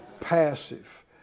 passive